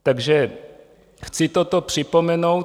Takže chci toto připomenout.